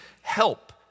help